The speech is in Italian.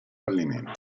fallimento